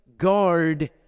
Guard